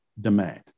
demand